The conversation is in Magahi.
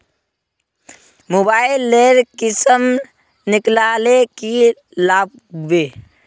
मोबाईल लेर किसम निकलाले की लागबे?